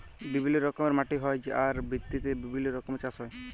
বিভিল্য রকমের মাটি হ্যয় যার ভিত্তিতে বিভিল্য রকমের চাস হ্য়য়